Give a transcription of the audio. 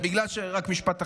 רק משפט אחרון.